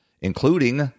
including